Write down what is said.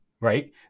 right